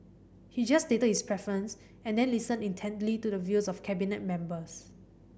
he just stated his preference and then listened intently to the views of Cabinet members